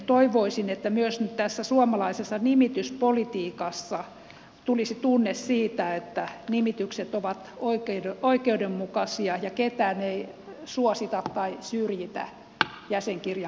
toivoisin että myös nyt suomalaisessa nimityspolitiikassa tulisi tunne siitä että nimitykset ovat oikeudenmukaisia ja ketään ei suosita tai syrjitä jäsenkirjan perusteella